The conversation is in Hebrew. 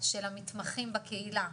של המתמחים בקהילה,